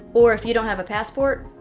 or if you don't have a passport,